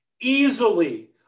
Easily